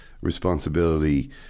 responsibility